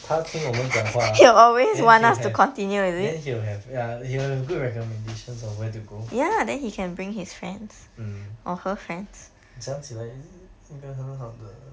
他听我们讲话 then he will have then he will have ya he will have good recommendations on where to go mm 讲起来应该很好的